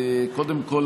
קודם כול,